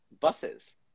buses